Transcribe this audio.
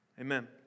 Amen